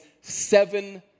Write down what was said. seven